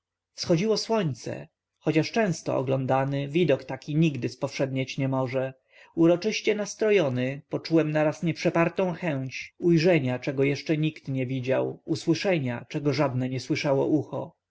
wschodziło słońce chociaż często oglądany widok taki nigdy spowszednieć nie może uroczyście nastrojony poczułem naraz nieprzepartą chęć ujrzenia czego nikt jeszcze nic widział usłyszenia czego żadne nie słyszało ucho